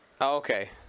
Okay